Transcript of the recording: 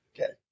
okay